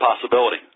possibility